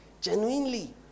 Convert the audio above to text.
Genuinely